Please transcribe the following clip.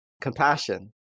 compassion